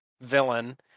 villain